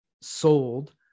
sold